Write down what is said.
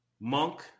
Monk